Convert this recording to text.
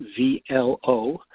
VLO